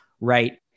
Right